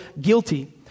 guilty